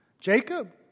Jacob